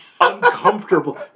uncomfortable